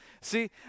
See